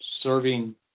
serving